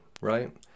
right